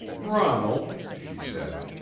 ronald, she said,